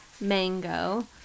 mango